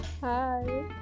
hi